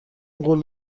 قول